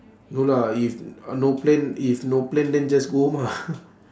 no lah if no plan if no plan then just go home ah